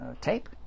tape